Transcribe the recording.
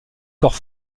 corps